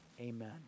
Amen